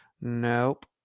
Nope